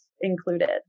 included